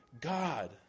God